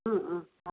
অঁ